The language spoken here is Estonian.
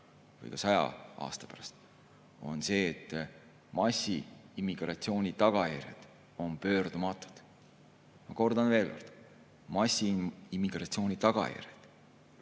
või ka 100 aasta pärast. See on see, et massiimmigratsiooni tagajärjed on pöördumatud. Ma kordan veel kord: massiimmigratsiooni tagajärjed